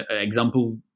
example